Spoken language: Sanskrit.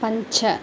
पञ्च